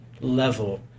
level